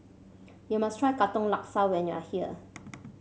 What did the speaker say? you must try Katong Laksa when you are here